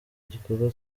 igikorwa